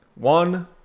One